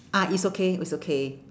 ah it's okay it's okay